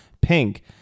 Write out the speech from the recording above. Pink